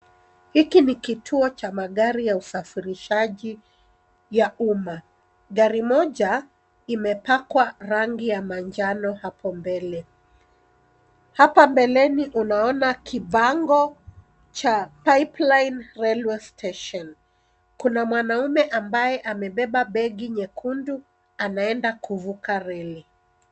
Hiki ni kituo cha magari ya usafirishaji ya umma. Gari moja imepakwa rangi ya manjano hapo mbele. Hapa mbeleni unaona kibango cha cs[Pipeline Railway Station]cs. Kuna mwanaume ambaye amebeba begi nyekundu. Anaenda kuvuka reli.